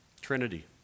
Trinity